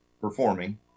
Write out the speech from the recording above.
performing